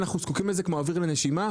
אנחנו זקוקים לזה כמו אוויר לנשימה.